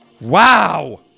Wow